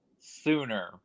sooner